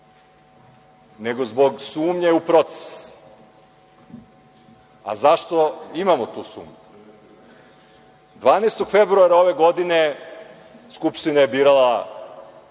nego zbog sumnje u proces. Zašto imamo tu sumnju? Februara 12. ove godine Skupština je birala